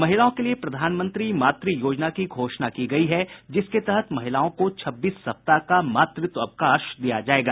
महिलाओं के लिए प्रधानमंत्री मातृ योजना की घोषणा की गयी है जिसके तहत महिलाओं को छब्बीस सप्ताह का मातृत्व अवकाश दिया जायेगा